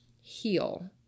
heal